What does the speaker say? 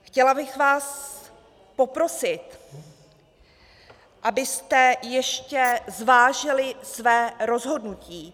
Chtěla bych vás poprosit, abyste ještě zvážili své rozhodnutí.